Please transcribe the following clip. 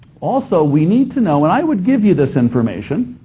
also we need to know, and i would give you this information,